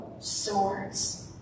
swords